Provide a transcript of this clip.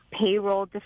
payroll